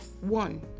one